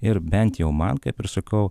ir bent jau man kaip ir sakau